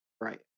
right